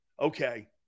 Okay